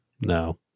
No